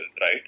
right